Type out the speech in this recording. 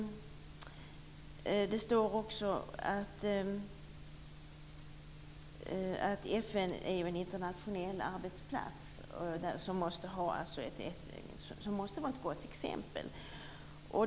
Det står också att FN är en internationell arbetsplats som måste vara ett gott exempel.